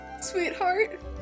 sweetheart